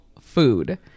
food